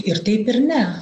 ir taip ir ne